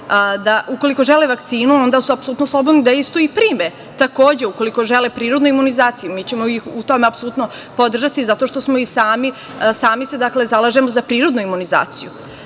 ukoliko žele vakcinu onda su apsolutno slobodni da istu i prime. Takođe, ukoliko žele prirodnu imunizaciju, mi ćemo ih u tome apsolutno podržati zato što se sami zalažemo za prirodnu imunizaciju. Dakle,